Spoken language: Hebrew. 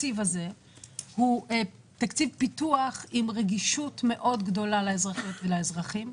התקציב הזה הוא תקציב פיתוח עם רגישות מאוד גדולה לאזרחיות ולאזרחים,